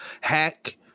hack